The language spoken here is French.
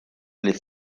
les